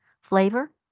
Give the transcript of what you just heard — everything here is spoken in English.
flavor